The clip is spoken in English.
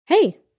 Hey